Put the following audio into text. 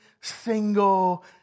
single